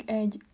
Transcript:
egy